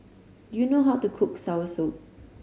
you know how to cook soursop